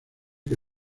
que